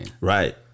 Right